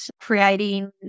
creating